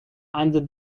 under